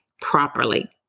properly